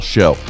Show